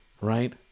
right